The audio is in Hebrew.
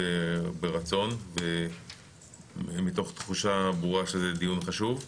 ברצון ומתוך תחושה ברורה שזה דיון חשוב.